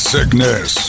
Sickness